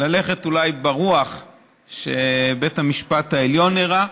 ללכת אולי ברוח שבית המשפט העליון הראה,